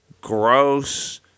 gross